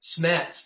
Smets